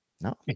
No